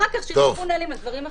אחר כך שיכתבו נהלים על דברים אחרים.